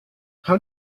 how